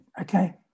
okay